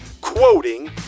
quoting